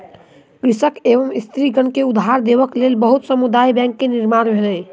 कृषक एवं स्त्रीगण के उधार देबक लेल बहुत समुदाय बैंक के निर्माण भेलै